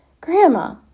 Grandma